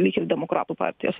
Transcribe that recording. lyg ir demokratų partijos